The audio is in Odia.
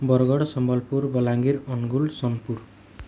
ବରଗଡ଼ ସମ୍ବଲପୁର ବଲାଙ୍ଗୀର ଅନୁଗୁଳ ସୋନପୁର